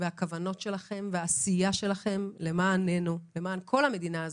הכוונות שלכם והעשייה שלכם למעננו ולמען כל המדינה.